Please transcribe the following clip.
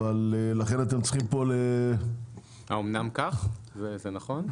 לכן אתם צריכים פה --- האמנם כך וזה נכון.